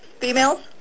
females